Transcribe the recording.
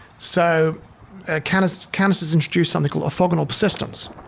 so ah canisters canisters introduce something called orthogonal persistence,